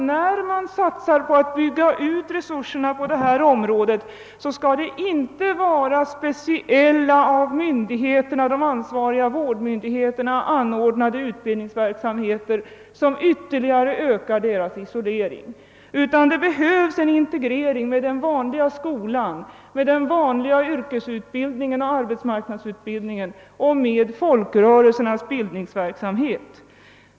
När man satsar på att bygga ut resurserna på detta område är det viktigt att det inte sker genom speciella, av de ansvariga vårdmyndigheterna anordnade utbildningsverksamheter, som ytterligare ökar dessa människors isolering. Det behövs en integrering med den vanliga skolan, med den vanliga yrkesutbildningen och arbetsmarknadsutbildningen och med folkrörelsernas bildningsverksamhet.